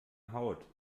haut